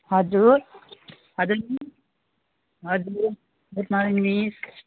हजुर हजुर मिस हजुर गुड मर्निङ मिस